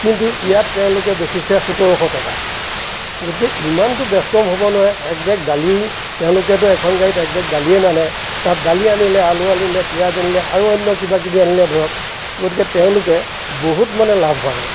কিন্তু ইয়াত তেওঁলোকে বেচিছে সোতৰশ টকা গতিকে ইমানটো বেচ কম হ'ব নোৱাৰে এক বেগ দালি তেওঁলোকেটো এখন গাড়ীত এক বেগ দালিয়ে নানে তাত দালি আনিলে আলু আনিলে পিয়াঁজ আনিলে আৰু অন্য কিবা কিবি আনিলে ধৰক গতিকে তেওঁলোকে বহুত মানে লাভ মাৰে